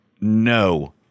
no